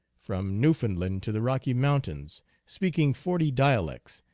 from newfoundland to the rocky moun tains, speaking forty dialects,